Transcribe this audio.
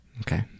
Okay